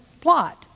plot